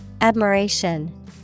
Admiration